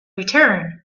return